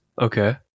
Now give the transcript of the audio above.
okay